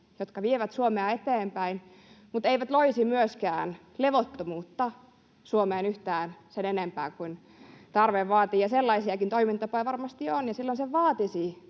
jotka vievät Suomea eteenpäin mutta eivät loisi myöskään levottomuutta Suomeen yhtään sen enempää kuin tarve vaatii. Sellaisiakin toimintatapoja varmasti on, ja silloin se vaatisi